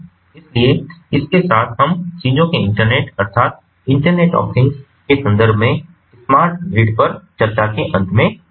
इसलिए इसके साथ हम चीजों के इंटरनेट के संदर्भ में स्मार्ट ग्रिड पर चर्चा के अंत में आते हैं